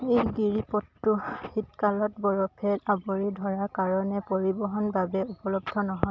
এই গিৰিপথটো শীতকালত বৰফে আৱৰি ধৰাৰ কাৰণে পৰিবহণ বাবে উপলব্ধ নহয়